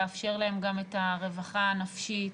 לאפשר להם גם את הרווחה הנפשית.